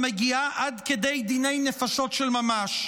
המגיעה עד כדי דיני נפשות של ממש.